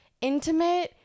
intimate